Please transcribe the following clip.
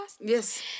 Yes